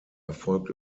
erfolgt